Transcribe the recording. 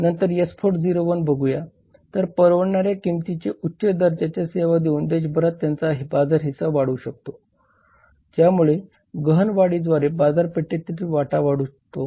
नंतर S4 O1 बघूया तर परवडणाऱ्या किंमती उच्च दर्जाच्या सेवा देऊन देशभरात त्याचा बाजार हिस्सा वाढवू शकतो ज्यामुळे गहन वाढीद्वारे बाजारातील वाटा वाढतो